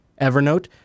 Evernote